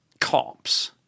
cops